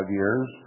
years